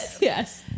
Yes